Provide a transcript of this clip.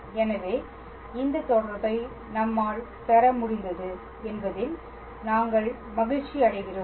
எனவே இந்த தொடர்பை நம்மால் பெற முடிந்தது என்பதில் நாங்கள் மகிழ்ச்சியடைகிறோம்